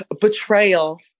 betrayal